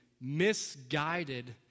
misguided